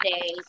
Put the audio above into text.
days